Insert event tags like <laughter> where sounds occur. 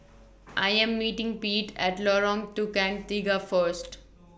<noise> I Am meeting Pete At Lorong Tukang Tiga First